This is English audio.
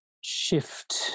shift